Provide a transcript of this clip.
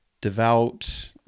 devout